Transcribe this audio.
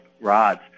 rods